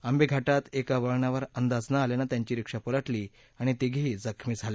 आंबेत घाटात एका वळणावर अंदाज न आल्यानं त्यांची रिक्षा पलटली आणि तिघीही जखमी झाल्या